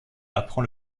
apprend